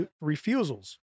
refusals